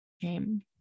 shame